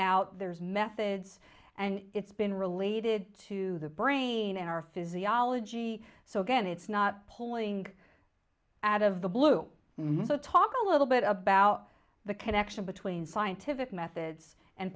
out there's methods and it's been related to the brain and our physiology so again it's not pulling out of the blue so talk a little bit about the connection between scientific methods and